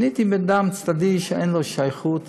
מיניתי בן אדם צדדי, שאין לו שייכות.